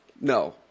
No